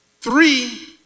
Three